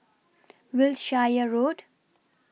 Wiltshire Road